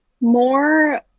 more